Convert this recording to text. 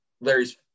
Larry's